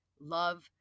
love